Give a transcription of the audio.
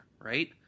right